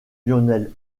lionel